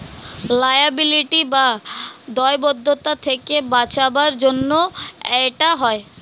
liability বা দায়বদ্ধতা থেকে বাঁচাবার জন্য এটা হয়